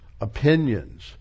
opinions